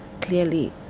clearly